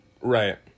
right